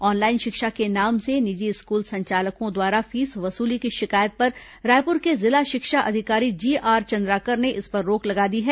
online शिक्षा के नाम से निजी स्कूल संचालकों द्वारा फीस वसूली की शिकायत पर रायपुर के जिला शिक्षा अधिकारी जीआर चंद्राकर ने इस पर रोक लगा दी है